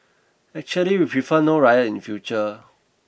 actually we prefer no riot in future